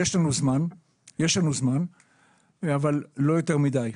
יש לנו זמן אבל לא יותר מדי.